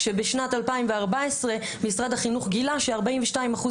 שבשנת 2014 משרד החינוך גילה ש-42 אחוז